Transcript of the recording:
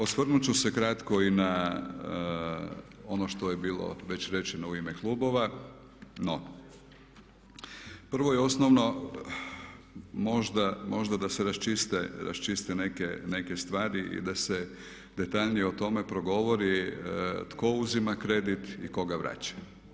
Osvrnuti ću se kratko i na ono što je bilo već rečeno u ime klubova, no, prvo i osnovno možda, možda da se raščiste neke stvari i da se detaljnije o tome progovori tko uzima kredit i tko ga vraća.